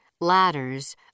ladders